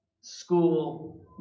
school